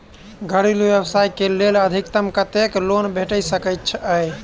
घरेलू व्यवसाय कऽ लेल अधिकतम कत्तेक लोन भेट सकय छई?